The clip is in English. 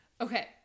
Okay